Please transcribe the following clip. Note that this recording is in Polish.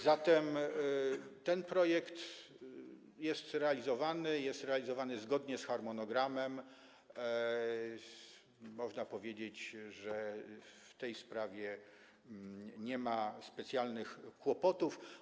Zatem ten projekt jest realizowany, jest realizowany zgodnie z harmonogramem, można powiedzieć, że w tej sprawie nie ma specjalnych kłopotów.